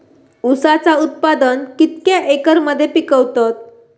ऊसाचा उत्पादन कितक्या एकर मध्ये पिकवतत?